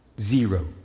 zero